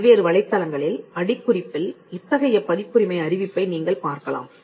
பல்வேறு வலைத்தளங்களில் அடிக்குறிப்பில் இத்தகைய பதிப்புரிமை அறிவிப்பை நீங்கள் பார்க்கலாம்